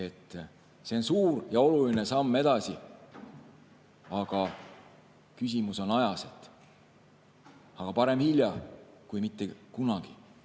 on suur ja oluline samm edasi, ent küsimus on ajas. Aga parem hilja kui mitte kunagi.